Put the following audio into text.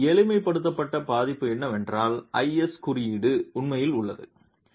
இதன் எளிமைப்படுத்தப்பட்ட பதிப்பு என்னவென்றால் ஐஎஸ் குறியீடு உண்மையில் உள்ளது